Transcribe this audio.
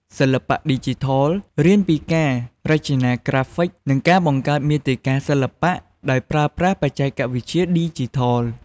សិល្បៈឌីជីថល រៀនពីការរចនាក្រាហ្វិក និងការបង្កើតមាតិកាសិល្បៈដោយប្រើប្រាស់បច្ចេកវិទ្យាឌីជីថល។